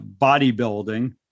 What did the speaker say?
bodybuilding